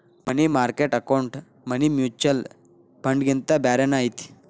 ಮನಿ market account money mutual ಫಂಡ್ಗಿಂತ ಬ್ಯಾರೇನ ಐತಿ